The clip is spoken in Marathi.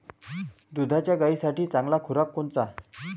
दुधाच्या गायीसाठी चांगला खुराक कोनचा?